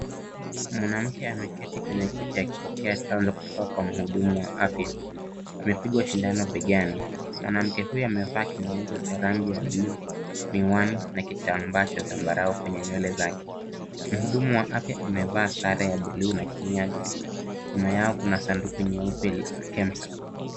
Mwanamke ameketi kwenye kiti akipokea chanjo kutoka kwenye mhudumu wa afya. Amepigwa sindano begani. Mwanamke huyo amevaa kinyago cha rangi ya bluu, miwani na kitambaa cha zambarau kwenye nywele zake. Mhudumu wa afya amevaa sare ya bluu na kinyago. Nyuma yao kuna sanduku ya bluu ya KEMSA.